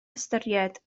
ystyried